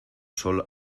sol